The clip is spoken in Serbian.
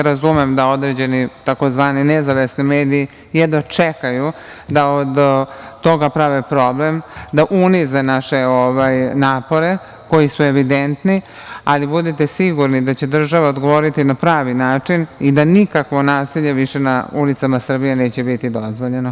Razumem da određeni tzv. nezavisni mediji jedva čekaju da od toga prave problem, da unize naše napore koji su evidentni, ali budite sigurni da će država odgovoriti na pravi način i da nikakvo nasilje više na ulicama Srbije neće biti dozvoljeno.